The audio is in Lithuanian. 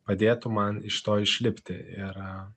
padėtų man iš to išlipti ir